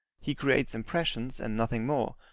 he creates impressions, and nothing more,